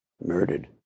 murdered